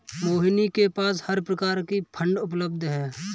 मोहिनी के पास हर प्रकार की फ़ंड उपलब्ध है